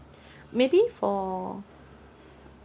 maybe for